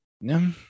no